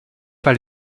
par